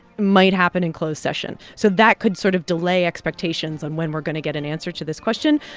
might happen in closed session. so that could sort of delay expectations on when we're going to get an answer to this question,